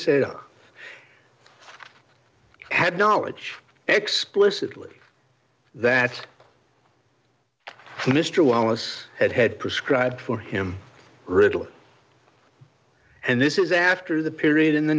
said had knowledge explicitly that mr wallace had had prescribed for him ritalin and this is after the period in the